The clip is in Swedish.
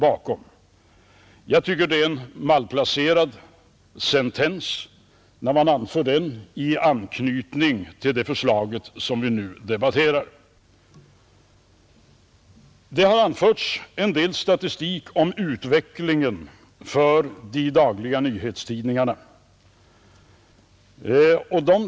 Men jag tycker att det är en malplacerad tes när den uttalas i anknytning till det förslag som vi nu debatterar. Det har anförts en del statistik om utvecklingen för de dagliga nyhetstidningarna.